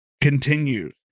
continues